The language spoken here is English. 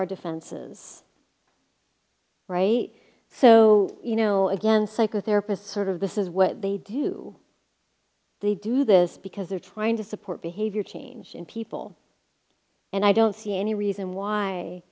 our defenses so you know again psychotherapist sort of this is what they do they do this because they're trying to support behavior change in people and i don't see any reason why